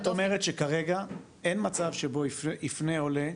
את אומרת שכרגע, אין מצב שבו יפנה עולה.